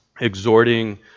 exhorting